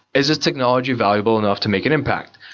is this technology valuable enough to make an impact?